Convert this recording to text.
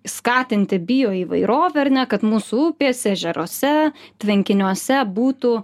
skatinti bio įvairovę ar ne kad mūsų upėse ežeruose tvenkiniuose būtų